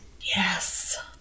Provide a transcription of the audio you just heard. Yes